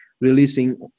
releasing